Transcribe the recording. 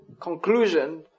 conclusion